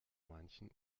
manchen